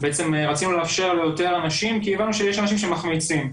בעצם רצינו לאפשר ליותר אנשים כי הבנו שיש אנשים שמחמיצים.